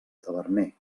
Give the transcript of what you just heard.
taverner